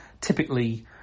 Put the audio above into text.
typically